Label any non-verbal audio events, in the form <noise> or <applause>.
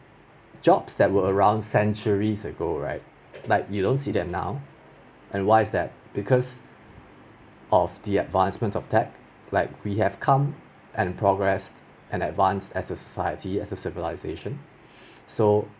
jobs that were around centuries ago right like you don't see them now and why is that because of the advancement of tech like we have come and progress and advance as society as a civilization <breath> so